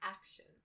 action